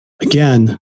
again